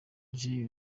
jay